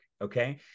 Okay